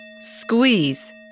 Squeeze